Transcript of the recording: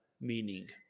meaning